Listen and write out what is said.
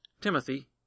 Timothy